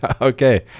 okay